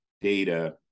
data